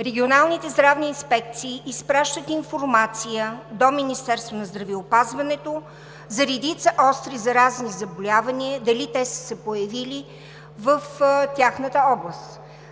регионалните здравни инспекции изпращат информация до Министерството на здравеопазването за редица остри заразни заболявания дали са се появили в тяхната област.